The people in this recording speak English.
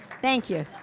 thank you.